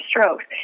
strokes